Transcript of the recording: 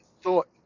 thought